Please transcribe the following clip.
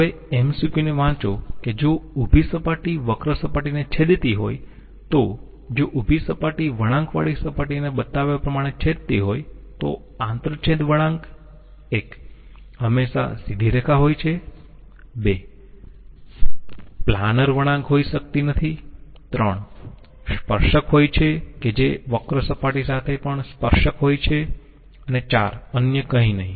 હવે MCQ ને વાંચો કે જો ઉભી સપાટી વક્ર સપાટીને છેદતી હોય તો જો ઉભી સપાટી વળાંકવાળી સપાટીને બતાવ્યા પ્રમાણે છેદતી હોય તો આંતરછેદ વળાંક હંમેશા સીધી રેખા હોય છે પ્લાનર વળાંક હોઈ શકતી નથી સ્પર્શક હોય છે કે જે વક્ર સપાટી સાથે પણ સ્પર્શક હોય છે અને અન્ય કંઈ નહીં